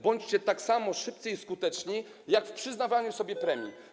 Bądźcie tak samo szybcy i skuteczni, jak przy przyznawaniu sobie premii.